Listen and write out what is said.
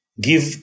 give